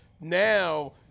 Now